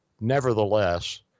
nevertheless